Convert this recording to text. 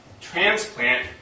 transplant